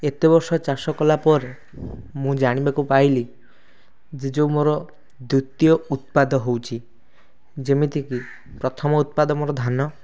ଏତେ ବର୍ଷ ଚାଷ କଲା ପରେ ମୁଁ ଜାଣିବାକୁ ପାଇଲି ଯେ ଯୋଉ ମୋର ଦ୍ୱିତୀୟ ଉତ୍ପାଦ ହେଉଛି ଯେମିତିକି ପ୍ରଥମ ଉତ୍ପାଦ ମୋର ଧାନ